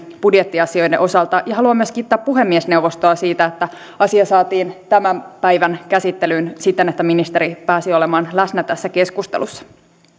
budjettiasioiden osalta haluan myös kiittää puhemiesneuvostoa siitä että asia saatiin tämän päivän käsittelyyn siten että ministeri pääsi olemaan läsnä tässä keskustelussa